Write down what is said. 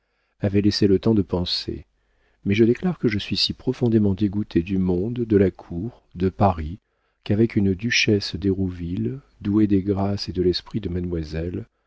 avait laissé le temps de penser mais je déclare que je suis si profondément dégoûté du monde de la cour de paris qu'avec une duchesse d'hérouville douée des grâces et de l'esprit de mademoiselle